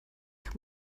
kann